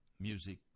music